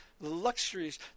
luxuries